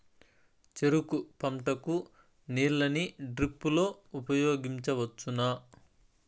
చెరుకు పంట కు నీళ్ళని డ్రిప్ లో ఉపయోగించువచ్చునా?